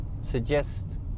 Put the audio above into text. suggest